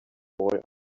boy